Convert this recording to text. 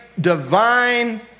divine